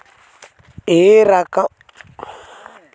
ఏ రకమైన నేల అత్యధిక తేమను కలిగి ఉంటుంది?